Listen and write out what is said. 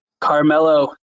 Carmelo